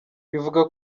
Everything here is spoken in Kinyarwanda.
bivuga